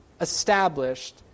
established